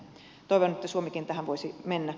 toivon että suomikin tähän voisi mennä